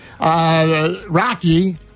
Rocky